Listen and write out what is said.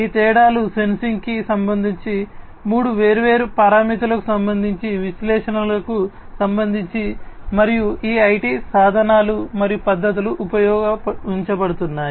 ఈ తేడాలు సెన్సింగ్కు సంబంధించి మూడు వేర్వేరు పారామితులకు సంబంధించి విశ్లేషణలకు సంబంధించి మరియు ఈ ఐటి సాధనాలు మరియు పద్ధతులు ఉపయోగించబడుతున్నాయి